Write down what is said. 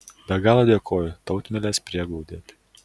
be galo dėkoju tautmilės prieglaudėlei